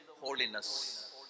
holiness